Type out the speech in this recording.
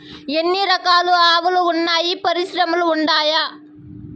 ఎన్ని రకాలు ఆవులు వున్నాయి పరిశ్రమలు ఉండాయా?